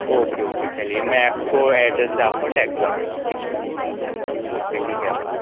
okay okay چلیے میں اِس کو ایڈریس سے آپ کو ٹیکسٹ کر دیتا ہوں ٹھیک ہے اوکے ٹھیک ہے اللہ حافظ